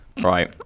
Right